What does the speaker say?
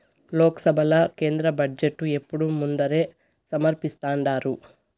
లోక్సభల కేంద్ర బడ్జెటు ఎప్పుడూ ముందరే సమర్పిస్థాండారు